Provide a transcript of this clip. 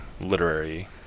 literary